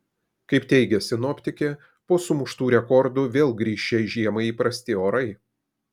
kaip teigia sinoptikė po sumuštų rekordų vėl grįš šiai žiemai įprasti orai